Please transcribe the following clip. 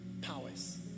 powers